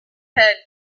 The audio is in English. head